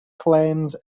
claims